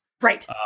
Right